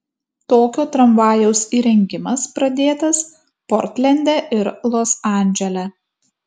tokio tramvajaus įrengimas pradėtas portlende ir los andžele